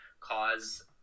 cause